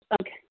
Okay